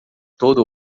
todo